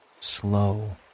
slow